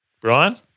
Brian